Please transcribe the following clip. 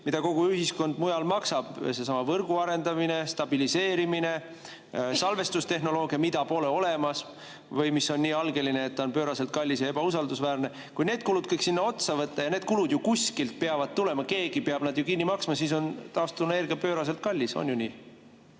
mida kogu ühiskond mujal maksab: seesama võrgu arendamine, stabiliseerimine, salvestustehnoloogia, mida pole olemas või mis on nii algeline, et ta on pööraselt kallis ja ebausaldusväärne. Kui need kulud kõik sinna otsa võtta, ja need kulud ju kuskilt peavad tulema, keegi peab nad ju kinni maksma, siis on taastuvenergia pööraselt kallis. On ju nii?